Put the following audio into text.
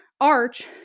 arch